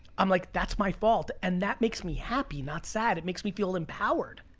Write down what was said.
i'm like, that's my fault. and that makes me happy, not sad. it makes me feel empowered.